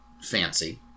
fancy